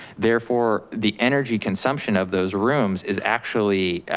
therefore, the energy consumption of those rooms is actually,